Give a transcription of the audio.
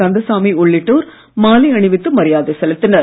கந்தசாமி உள்ளிட்டோர் மாலை அணிவித்து மரியாதை செலுத்தினர்